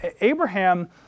Abraham